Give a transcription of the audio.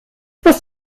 was